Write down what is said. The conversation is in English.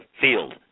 field